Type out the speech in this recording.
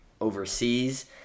overseas